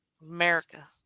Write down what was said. America